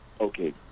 Okay